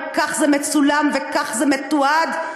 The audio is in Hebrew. וכך זה מצולם וכך זה מתועד,